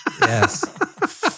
Yes